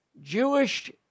Jewish